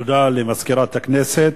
תודה למזכירת הכנסת.